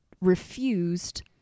refused